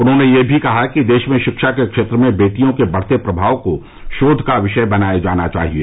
उन्होंने यह भी कहा कि देश में शिक्षा के क्षेत्र में वेटियों के बढ़ते प्रभाव को शोध का विषय बनाया जाना चाहिए